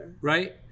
right